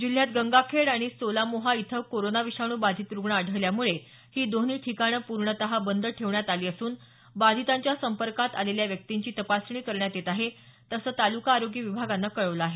जिल्ह्यात गंगाखेड आणि सेलामोहा इथं कोरोना विषाणू बाधित रुग्ण आढल्यामुळं ही दोन्ही ठिकाणं पूर्णतः बंद ठेवण्यात आली असून बाधितांच्या संपर्कात आलेल्या व्यक्तींची तपासणी करण्यात येत आहे असं तालुका आरोग्य विभागानं कळवलं आहे